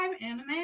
anime